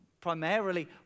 primarily